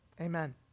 Amen